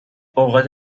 اوقات